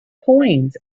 coins